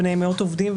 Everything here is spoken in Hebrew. בני מאות עובדים,